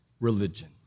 religion